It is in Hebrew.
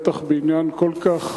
בטח בעניין כל כך